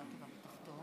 (חותם על ההצהרה)